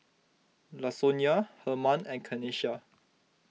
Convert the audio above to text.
Lasonya Hermann and Kanesha